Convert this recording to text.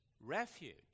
refuge